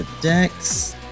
decks